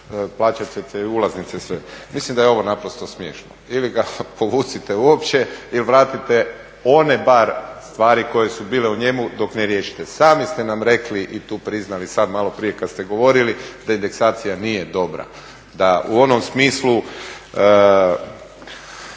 plaćat će se ulaznice sve. Mislim da je ovo naprosto smiješno. Ili ga povucite uopće ili vratite one bar stvari koje su bile u njemu dok ne riješite. Sami ste nam rekli i tu priznali sada maloprije kad ste govorili da indeksacija nije dobra. Da u onom smislu,